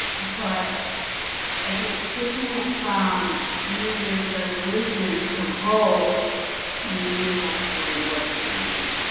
but i think switching it from new year's resolution to goals may actually work for me.